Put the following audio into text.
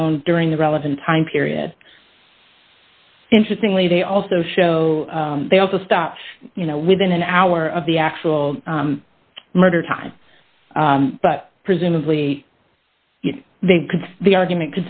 phone during the relevant time period interesting lee they also show they also stopped you know within an hour of the actual murder time but presumably they could the argument